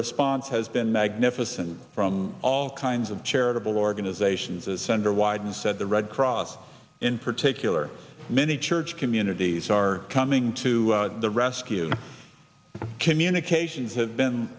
response has been magnificent from all kinds of charitable organizations as senator wyden said the red cross in particular many church communities are coming to the rescue communications have been